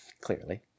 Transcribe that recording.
Clearly